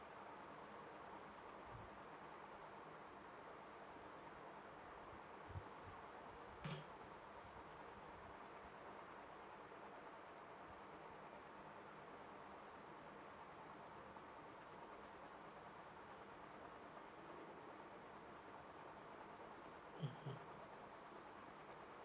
mmhmm